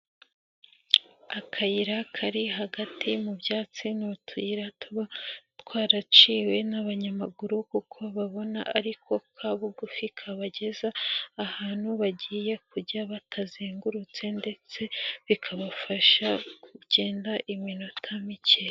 Akayira kari hagati mu byatsi, ni utuyira tuba twaraciwe n'abanyamaguru kuko babona ariko kabugufi kabageza ahantu bagiye kujya batazengurutse ndetse bikabafasha kugenda iminota mike.